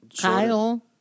Kyle